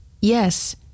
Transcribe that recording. Yes